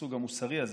מהסוג המוסרי הזה,